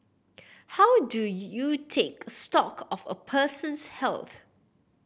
how do you take stock of a person's health